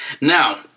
Now